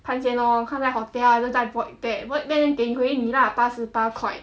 看先 lor 看在 hotel 还是在 void deck void deck then 给回你 lah 八十八块